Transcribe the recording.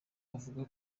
avuga